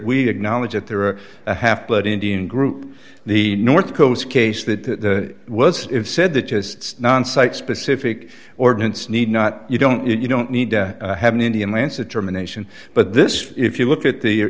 we acknowledge that there are a half blood indian group the north coast case that was said that just non site specific ordinance need not you don't you don't need to have an indian lancet germination but this if you look at the